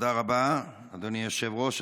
תודה רבה, אדוני היושב-ראש.